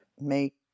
make